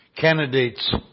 candidates